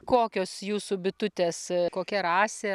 kokios jūsų bitutės kokia rasė